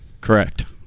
Correct